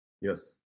Yes